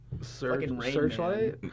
Searchlight